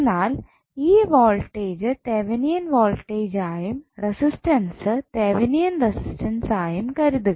എന്നാൽ ഈ voltage Thevenin voltage ആയും റസിസ്റ്റൻസ് തെവനിയൻ റസിസ്റ്റൻസ് ആയും കരുതുക